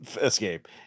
escape